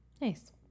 Nice